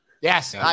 Yes